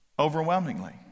overwhelmingly